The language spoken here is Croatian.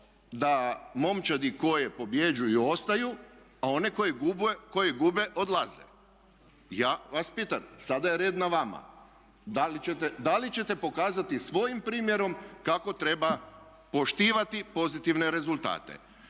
da momčadi koje pobjeđuju ostaju, a one koji gube odlaze. Ja vas pitam, sada je red na vama da li ćete pokazati svojim primjerom kako treba poštivati pozitivne rezultate.